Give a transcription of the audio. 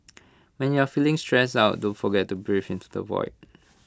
when you are feeling stressed out don't forget to breathe into the void